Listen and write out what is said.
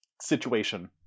situation